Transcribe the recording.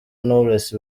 knowless